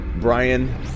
Brian